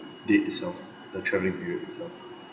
date itself the travelling period itself